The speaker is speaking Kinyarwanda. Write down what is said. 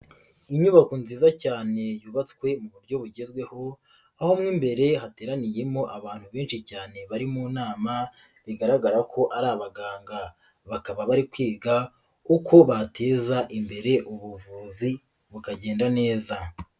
Inyubako nziza cyane yubatswe mu buryo bugezweho, aho mo imbere hateraniyemo abantu benshi cyane bari mu nama bigaragara ko ari abaganga, bakaba bari kwiga uko bateza imbere ubuvuzi bukagenda neza.